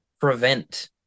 prevent